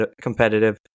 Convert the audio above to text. competitive